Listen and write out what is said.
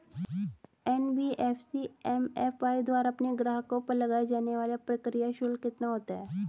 NBFC MFI द्वारा अपने ग्राहकों पर लगाए जाने वाला प्रक्रिया शुल्क कितना होता है?